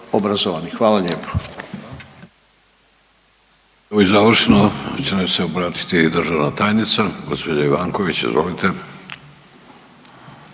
Hvala lijepa.